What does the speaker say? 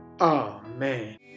Amen